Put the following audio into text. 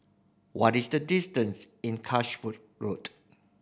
what is the distance in Road